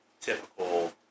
typical